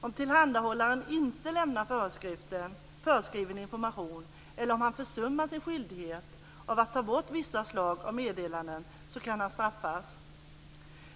Om tillhandahållaren inte lämnar föreskriven information eller försummar sin skyldighet att ta bort vissa slag av meddelanden kan han straffas.